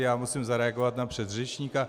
Já musím zareagovat na předřečníka.